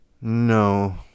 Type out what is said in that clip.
No